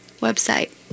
website